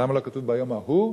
למה לא כתוב "ביום ההוא"?